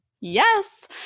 Yes